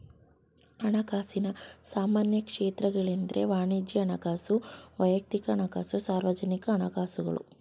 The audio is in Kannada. ಹಣಕಾಸಿನ ಸಾಮಾನ್ಯ ಕ್ಷೇತ್ರಗಳೆಂದ್ರೆ ವಾಣಿಜ್ಯ ಹಣಕಾಸು, ವೈಯಕ್ತಿಕ ಹಣಕಾಸು, ಸಾರ್ವಜನಿಕ ಹಣಕಾಸುಗಳು